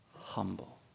humble